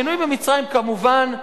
השינוי במצרים כמובן,